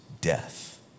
death